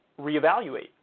reevaluate